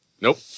Nope